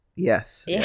Yes